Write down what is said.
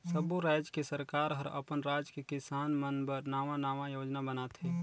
सब्बो रायज के सरकार हर अपन राज के किसान मन बर नांवा नांवा योजना बनाथे